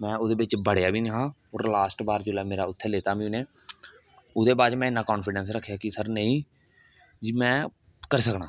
में ओहदे बिच बड़ेआ बी नेई हा और लास्ट बाहर जिसले मेरा उत्थै लेता मिगी उनें ओहदे बाद च में इन्ना कान्फीडैंस रक्खेआ कि सर नेईं जी में करी सकना